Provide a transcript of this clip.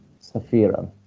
Safira